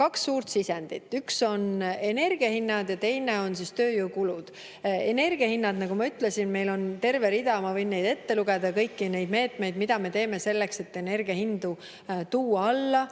Kaks suurt sisendit: üks on energiahinnad ja teine on tööjõukulud. Energiahinnad, nagu ma ütlesin – meil on terve rida, ma võin kõiki neid meetmeid ette lugeda, mida me teeme selleks, et energiahindu tuua alla,